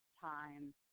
time